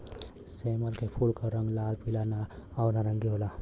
सेमल के फूल क रंग लाल, पीला आउर नारंगी होला